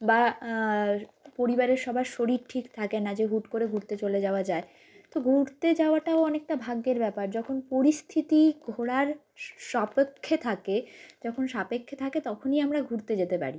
বা পরিবারের সবার শরীর ঠিক থাকে না যে হুট করে ঘুরতে চলে যাওয়া যায় তো ঘুরতে যাওয়াটাও অনেকটা ভাগ্যের ব্যাপার যখন পরিস্থিতি ঘোরার সাপেক্ষে থাকে যখন সাপেক্ষে থাকে তখনই আমরা ঘুরতে যেতে পারি